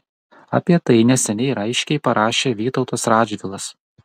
apie tai neseniai raiškiai parašė vytautas radžvilas